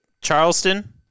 Charleston